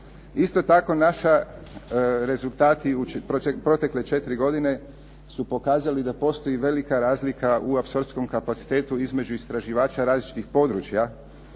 Isto tako, naši rezultati protekle četiri godine su pokazali da postoji velika razlika u apsorpcijskom kapacitetu između istraživača različitih područja,